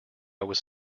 was